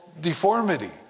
deformity